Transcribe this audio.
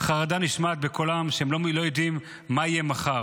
חרדה נשמעת בקולם, והם לא יודעים מה יהיה מחר.